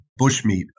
bushmeat